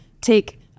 take